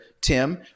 Tim